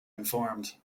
informed